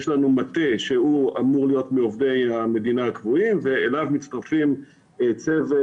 יש לנו מטה שהוא אמור להיות מעובדי המדינה הקבועים ואליו מצטרף צוות